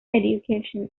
education